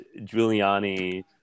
Giuliani